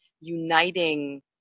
uniting